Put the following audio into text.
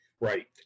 right